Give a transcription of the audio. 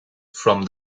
from